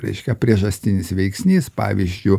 reiškia priežastinis veiksnys pavyzdžiui